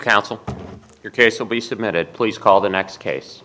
counsel your case will be submitted please call the next case